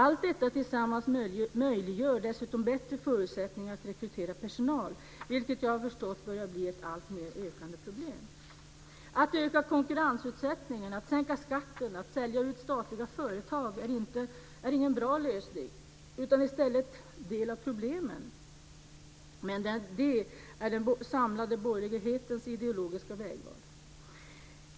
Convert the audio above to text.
Allt detta tillsammans möjliggör dessutom bättre förutsättningar att rekrytera personal, vilket jag har förstått börjar bli ett alltmer ökande problem. Att öka konkurrensutsättningen, sänka skatterna och sälja ut statliga företag är ingen bra lösning utan i stället en del av problemen. Men det är den samlade borgerlighetens ideologiska vägval.